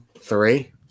Three